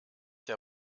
der